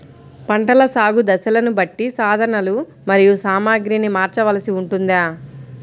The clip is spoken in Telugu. పంటల సాగు దశలను బట్టి సాధనలు మరియు సామాగ్రిని మార్చవలసి ఉంటుందా?